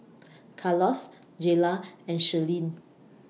Carlos Jaylah and Shirlene